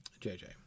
JJ